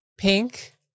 Pink